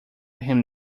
him